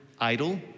idol